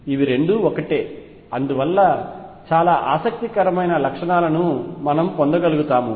ఇవి రెండు ఒకటే అందువలన చాలా ఆసక్తికరమైన లక్షణాలను పొందగలుగుతాము